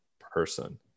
person